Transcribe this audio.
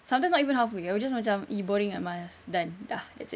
sometimes not even halfway I will just macam !ee! boring ah malas done dah that's it